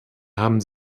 haben